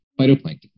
phytoplankton